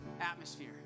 atmosphere